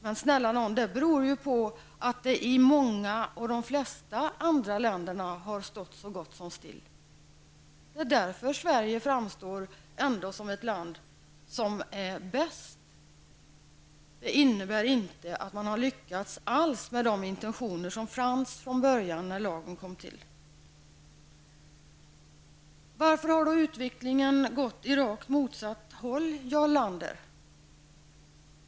Men snälla nån, det beror på att anpassningen i de flesta andra länder har stått så gott som still. Det är därför som Sverige ändå framstår som det bästa landet. Det innebär inte alls att man har lyckats med de intentioner som fanns från början, när lagen kom till. Varför har utvecklingen gått åt rakt motsatt håll, Jarl Lander?